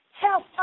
Help